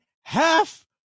half